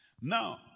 Now